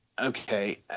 okay